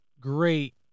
great